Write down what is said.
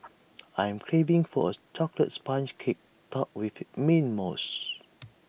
I am craving for A Chocolates Sponge Cake Topped with Mint Mousse